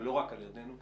ולא רק על ידינו.